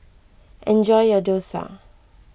enjoy your Dosa